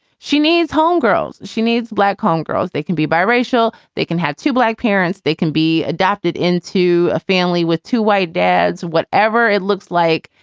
she needs homegirls. she needs black um girls. they can be bi-racial. they can have two black parents. they can be adopted into a family with two white dads, whatever it looks like.